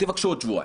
תבקשו שבועיים,